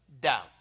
doubt